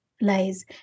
lies